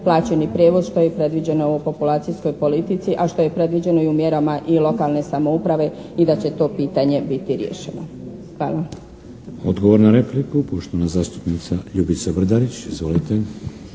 plaćeni prijevoz što je predviđeno u populacijskoj politici, a što je predviđeno i u mjerama i lokalne samouprave i da će to pitanje biti riješeno. Hvala. **Šeks, Vladimir (HDZ)** Odgovor na repliku, poštovana zastupnica Ljubica Brdarić. Izvolite.